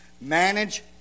manage